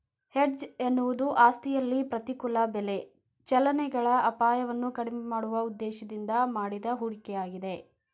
hedge ಎನ್ನುವುದು ಆಸ್ತಿಯಲ್ಲಿ ಪ್ರತಿಕೂಲ ಬೆಲೆ ಚಲನೆಗಳ ಅಪಾಯವನ್ನು ಕಡಿಮೆ ಮಾಡುವ ಉದ್ದೇಶದಿಂದ ಮಾಡಿದ ಹೂಡಿಕೆಯಾಗಿದೆ